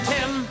Tim